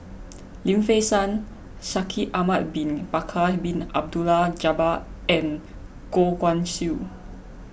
Lim Fei Shen Shaikh Ahmad Bin Bakar Bin Abdullah Jabbar and Goh Guan Siew